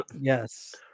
Yes